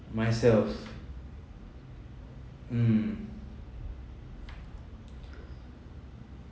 myself mm